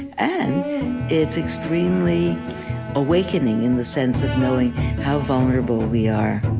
and it's extremely awakening in the sense of knowing how vulnerable we are